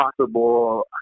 Possible